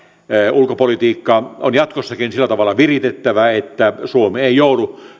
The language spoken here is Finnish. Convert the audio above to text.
ulkopolitiikkaa on jatkossakin sillä tavalla viritettävä että suomi ei joudu